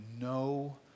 no